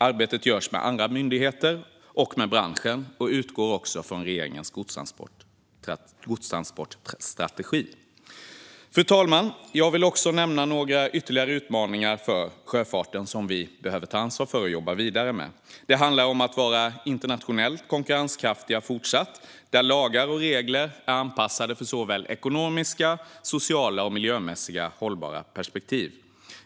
Arbetet görs med andra myndigheter och med branschen och utgår från regeringens godstransportstrategi. Fru talman! Jag vill också nämna några ytterligare utmaningar för sjöfarten som vi behöver ta ansvar för och jobba vidare med. Det handlar om att även fortsättningsvis vara internationellt konkurrenskraftiga och om att lagar och regler är anpassade för såväl ekonomiskt som socialt och miljömässigt hållbara perspektiv.